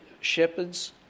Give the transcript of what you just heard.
shepherds